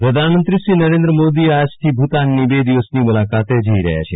એમ ભુતાન પ્રધાનમંત્રીશ્રી નરેન્દ્ર મોદી આજથી ભુતાનની બે દિવસની મુલાકાતે જઇ ર હ્યા છે